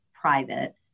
private